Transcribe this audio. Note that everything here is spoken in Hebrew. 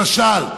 למשל,